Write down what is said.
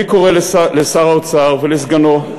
אני קורא לשר האוצר ולסגנו,